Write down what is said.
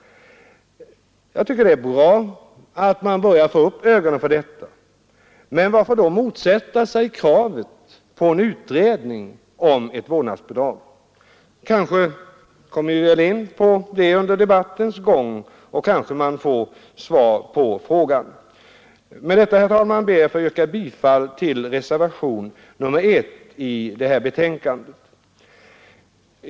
Jag tycker det är bra att man börjar få upp ögonen för detta. Men varför då motsätta sig kravet på en utredning om ett vårdnadsbidrag? Kanske kommer vi in på det under debattens gång, och kanske man får svar på frågan. Med detta, herr talman, ber jag att få yrka bifall till reservationen 1 vid föreliggande betänkande.